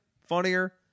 funnier